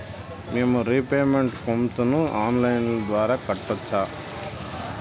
మేము రీపేమెంట్ కంతును online ద్వారా కట్టొచ్చా